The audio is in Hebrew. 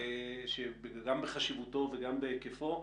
גם בחשיבותו וגם בהיקפו,